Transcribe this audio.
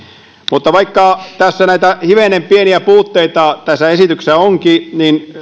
mutta vaikka näitä hivenen pieniä puutteita tässä esityksessä onkin niin